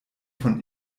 von